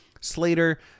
Slater